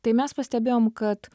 tai mes pastebėjom kad